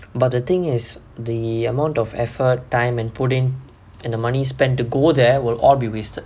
but the thing is the amount of effort time and pudding the money spent to go there will all be wasted